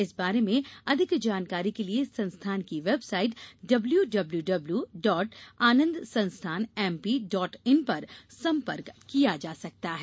इस बारे में अधिक जानकारी के लिये संस्थान की वेबसाइट डब्ल्यूडब्ल्यूडब्ल्यू डॉट आनंदसंस्थानएमपी डॉट इन पर संपर्क किया जा सकता है